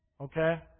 Okay